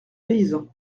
paysan